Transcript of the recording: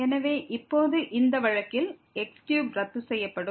எனவே இப்போது இந்த வழக்கில் x3 ரத்து செய்யப்படும்